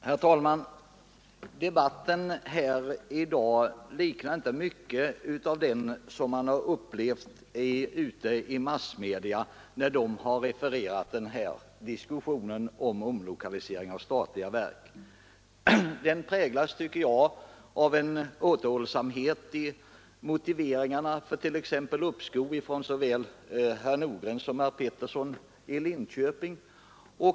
Herr talman! Debatten här i dag liknar inte mycket den som har förekommit i massmedia, när man där diskuterat omlokaliseringen av statliga verk. Debatten här präglas, tycker jag, av en återhållsamhet i motiveringarna för t.ex. uppskov — det gäller anförandena från såväl herr Nordgren som herr Peterson i Linköping.